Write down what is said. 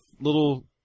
little